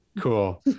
Cool